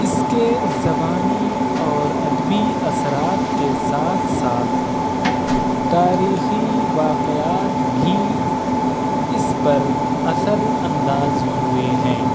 اس کے زبانی اور ادبی اثرات کے ساتھ ساتھ تاریخی واقعات بھی اس پر اثر انداز ہوئے ہیں